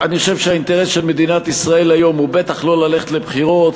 אני חושב שהאינטרס של מדינת ישראל היום הוא בטח לא ללכת לבחירות,